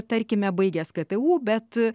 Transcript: tarkime baigęs ktu bet